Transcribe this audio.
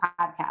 Podcast